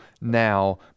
now